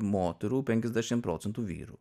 moterų penkiasdešimt procentų vyrų